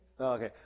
Okay